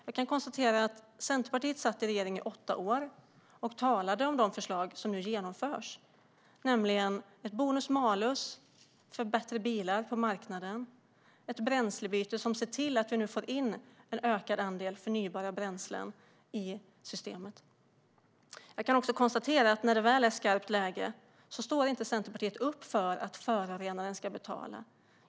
Jag kan konstatera att Centerpartiet satt i regeringen i åtta år och talade om de förslag som nu genomförs, nämligen ett bonus-malus-system för bättre bilar på marknaden och ett bränslebyte som ser till att vi nu får in en ökad andel förnybara bränslen i systemet. Jag kan också konstatera att Centerpartiet inte står upp för att förorenaren ska betala när det väl är skarpt läge.